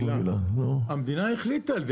המדינה החליטה על זה.